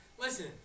Listen